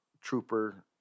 trooper